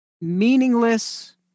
meaningless